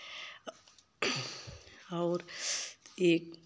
और एक